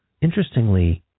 Interestingly